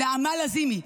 נעמה לזימי.